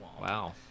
Wow